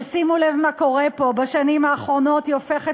אבל שימו לב מה קורה פה: בשנים האחרונות היא הופכת